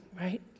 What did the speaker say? right